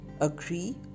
Agree